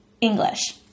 English